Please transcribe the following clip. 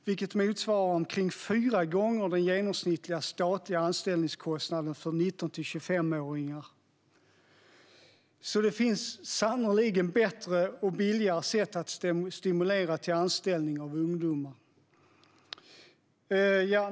Det motsvarar omkring fyra gånger den genomsnittliga statliga anställningskostnaden för 19-25-åringar. Det finns sannerligen bättre och billigare sätt att stimulera anställning av ungdomar.